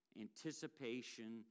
anticipation